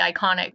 iconic